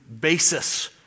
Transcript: basis